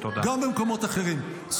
גם במקומות אחרים.